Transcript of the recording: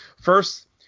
First